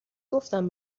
گفتم